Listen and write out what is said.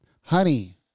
Honey